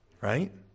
right